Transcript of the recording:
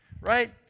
Right